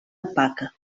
opaca